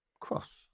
cross